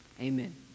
Amen